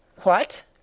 What